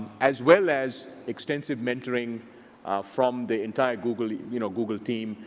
as well as extensive mentoring from the entire google yeah you know google team,